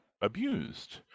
abused